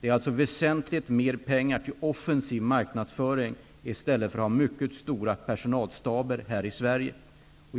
Det är väsentligt mer pengar som satsas på en offensiv marknadsföring, inte på mycket stora personalstaber här i Sverige.